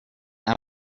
out